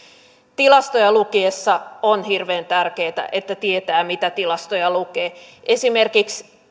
tilastoja lukiessa on hirveän tärkeätä että tietää mitä tilastoja lukee esimerkiksi